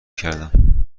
کردم